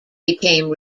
became